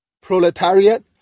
proletariat